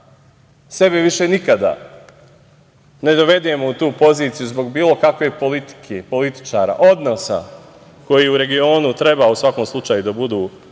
sebe više nikada ne dovedemo u tu poziciju zbog bilo kakve politike, političara, odnosa koji u regionu treba, u svakom slučaju, da budu relaksirani